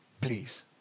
Please